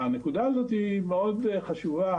הנקודה הזו היא מאוד חשובה,